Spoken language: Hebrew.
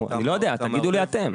אני לא יודע, תגידו לי אתם.